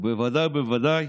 ובוודאי ובוודאי